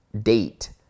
date